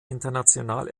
international